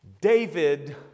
David